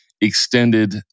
extended